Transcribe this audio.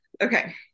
okay